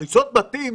לגבי הריסת בתים,